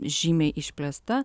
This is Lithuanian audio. žymiai išplėsta